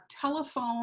telephone